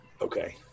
Okay